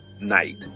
night